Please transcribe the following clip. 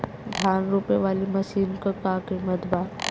धान रोपे वाली मशीन क का कीमत बा?